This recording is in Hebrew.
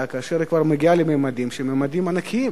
כאשר היא כבר מגיעה לממדים כאלה ענקיים.